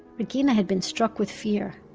regina had been struck with fear.